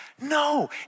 no